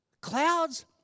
Clouds